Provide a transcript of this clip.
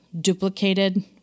duplicated